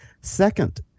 Second